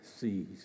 sees